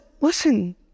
listen